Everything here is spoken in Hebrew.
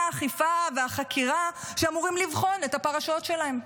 האכיפה והחקירה שאמורים לבחון את הפרשות שלהם.